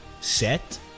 set